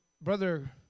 Brother